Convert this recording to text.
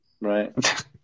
right